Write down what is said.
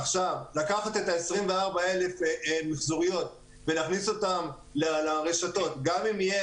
לקחת את 24,000 המיחזוריות ולהכניס אותן לרשתות גם אם יהיו